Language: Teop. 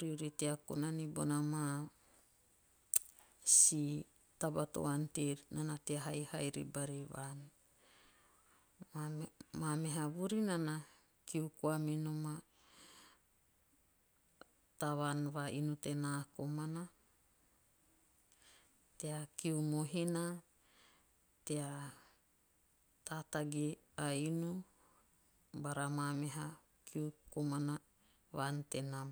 riori tea kona nibona maa si taba to ante nana tea haikai ribari vaan. Maa meha vuri naa kiu koa munom a tavaan va inu tena komana. tea kiu mohina. tea tatagi a inu. bara mamihu kiu va komana vaan tenam.